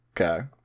Okay